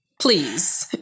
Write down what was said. Please